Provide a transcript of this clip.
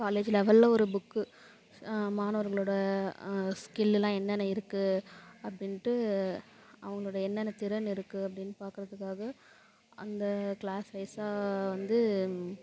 college லெவலில் ஒரு book மாணவர்களோட ஸ்கில்லுலாம் என்னென்ன இருக்குது அப்படின்ட்டு அவங்களோட என்னென்ன திறன் இருக்குது அப்டின்னு பாக்கிறதுக்காக அந்த க்ளாஸ் வைஸாக வந்து